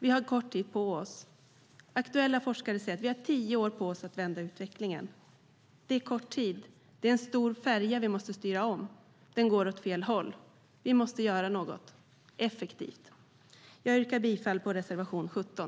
Vi har kort tid på oss. Aktuella forskare säger att vi har tio år på oss att vända utvecklingen. Det är kort tid. Det är en stor färja vi måste styra om. Den går åt fel håll. Vi måste göra något effektivt. Jag yrkar bifall till reservation 17.